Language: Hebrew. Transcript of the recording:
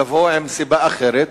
לבוא עם סיבה אחרת.